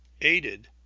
aided